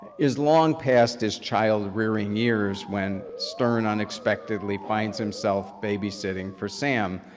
is long past his child rearing years, when stern unexpectedly finds himself babysitting for sam,